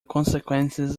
consequences